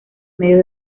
medios